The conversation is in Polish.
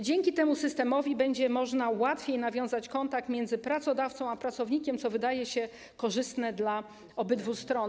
Dzięki temu systemowi będzie można łatwiej nawiązać kontakt między pracodawcą a pracownikiem, co wydaje się korzystne dla obydwu stron.